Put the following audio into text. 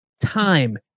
Time